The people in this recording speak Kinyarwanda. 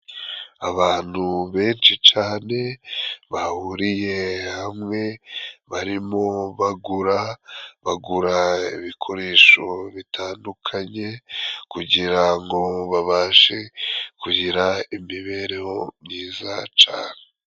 Abantu benshi cane bahuriye hamwe barimo bagura, bagura ibikoresho bitandukanye kugira ngo babashe kugira imibereho myiza cane.